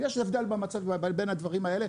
יש הבדל בין הדברים האלה.